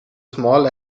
small